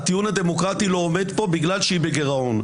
הטיעון הדמוקרטי לא עומד פה, בגלל שהיא בגירעון.